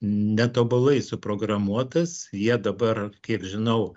netobulai suprogramuotas jie dabar kiek žinau